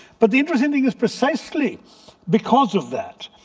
but the interesting thing is precisely because of that.